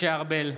משה ארבל,